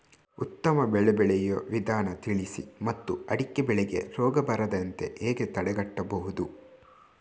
ಉತ್ತಮ ಬೆಳೆ ಬೆಳೆಯುವ ವಿಧಾನ ತಿಳಿಸಿ ಮತ್ತು ಅಡಿಕೆ ಬೆಳೆಗೆ ರೋಗ ಬರದಂತೆ ಹೇಗೆ ತಡೆಗಟ್ಟಬಹುದು?